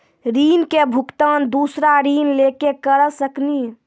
ऋण के भुगतान दूसरा ऋण लेके करऽ सकनी?